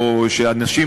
או שאנשים,